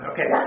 Okay